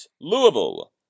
Louisville